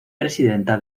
presidenta